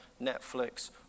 Netflix